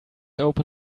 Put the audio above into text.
open